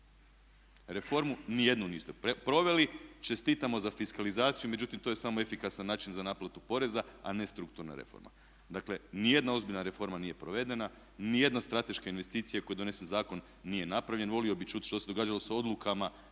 Reformu ni jednu niste proveli, čestitamo za fiskalizaciju međutim to je samo efikasan način za naplatu poreza a ne strukturna reforma. Dakle, ni jedna ozbiljna reforma nije provedena, ni jedna strateška investicija koja je donesena zakonom nije napravljena, volio bi čuti što se je događalo s odlukama